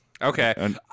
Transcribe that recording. Okay